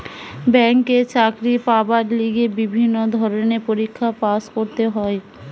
ব্যাংকে চাকরি পাবার লিগে বিভিন্ন ধরণের পরীক্ষায় পাস্ করতে হয়